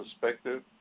perspective